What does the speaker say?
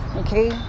okay